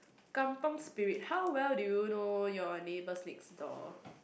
Kampung Spirit how well do you know your neighbours next door